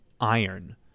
iron